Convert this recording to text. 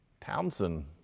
Townsend